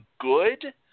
good